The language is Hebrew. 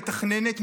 מתכננת,